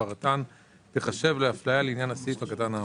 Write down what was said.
הפרתן תיחשב להפליה לעניין הסעיף הקטן האמור.